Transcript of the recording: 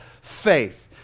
faith